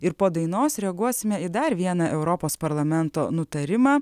ir po dainos reaguosime į dar vieną europos parlamento nutarimą